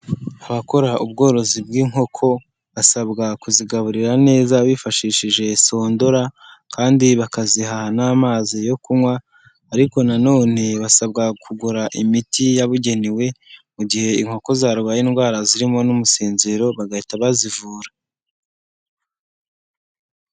Abakora ubworozi bw'inkoko basabwa kuzigaburira neza bifashishije sondora kandi bakaziha n'amazi yo kunywa ariko nanone basabwa kugura imiti yabugenewe, mu gihe inkoko zarwaye indwara zirimo n'umusinziro bagahita bazivura.